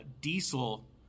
diesel